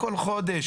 בחודש,